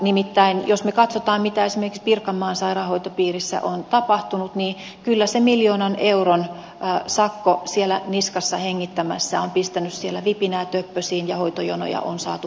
nimittäin jos me katsomme mitä esimerkiksi pirkanmaan sairaanhoitopiirissä on tapahtunut niin kyllä se miljoonan euron sakko niskassa hengittämässä on pistänyt siellä vipinää töppösiin ja hoitojonoja on saatu purettua